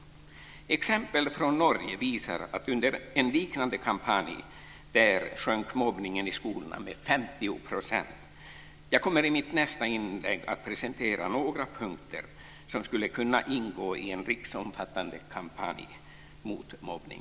Exempel från Norge visar att under en liknande kampanj där sjönk mobbningen i skolorna med 50 %. Jag kommer i mitt nästa inlägg att presentera några punkter som skulle kunna ingå i en riksomfattande kampanj mot mobbning.